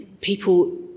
people